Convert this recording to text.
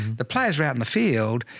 the players were out in the field.